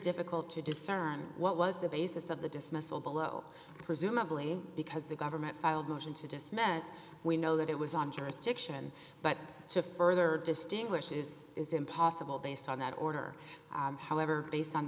difficult to discern what was the basis of the dismissal below presumably because the government filed a motion to dismiss we know that it was on jurisdiction but to further distinguishes is impossible based on that order however based on